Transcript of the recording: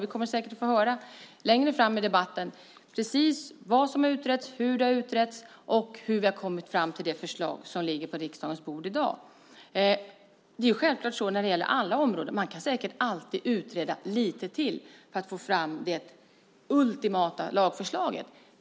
Vi kommer säkert att få höra längre fram i debatten precis vad som har utretts, hur det har utretts och hur vi har kommit fram till det förslag som ligger på riksdagens bord i dag. Det är självklart så på alla områden att man alltid kan utreda lite till för att få fram det ultimata lagförslaget.